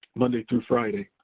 monday through friday.